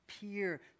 peer